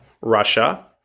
Russia